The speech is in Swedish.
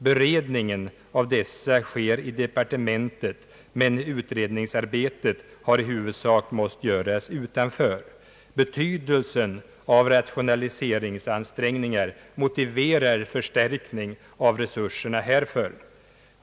Beredningen av dessa sker i departementet, men utredningsarbetet har i huvudsak måst göras utanför. Betydelsen av rationaliseringsansträngningar motiverar förstärkning av resurserna härför.